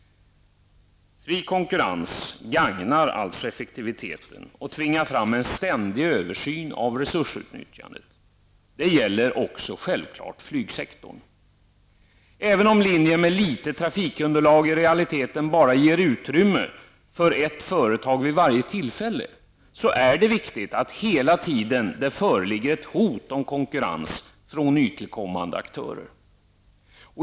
Fri konkurrens gagnar effektiviteten och tvingar fram en ständig översyn av resursutnyttjandet. Det gäller också flygsektorn. Även om linjer med litet trafikunderlag i realiteten bara ger utrymme för ett företag vid varje tillfälle, är det viktigt att det hela tiden föreligger ett hot om konkurrens från nytillkommande aktörer.